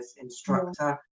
instructor